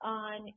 on